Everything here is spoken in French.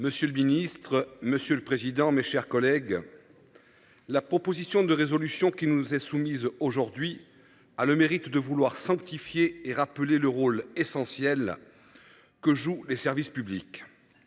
Monsieur le ministre, monsieur le président, mes chers collègues. La proposition de résolution qui nous est soumise aujourd'hui a le mérite de vouloir sanctifié et rappelé le rôle essentiel. Que jouent les services publics.